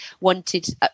wanted